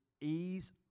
ease